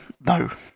No